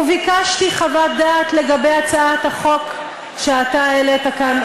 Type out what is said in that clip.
וביקשתי חוות דעת לגבי הצעת החוק שאתה העלית כאן,